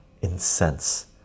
Incense